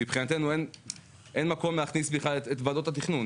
מבחינתנו בכלל אין מקום להכניס את ועדות התכנון.